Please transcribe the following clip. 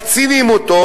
אתם רק מקצינים אותו,